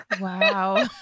Wow